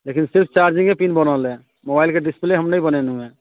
लेकिन सिर्फ चार्जिङ्गे पिन बनल अइ मोबाइलके डिसप्ले हम नहि बनेलहुँ हँ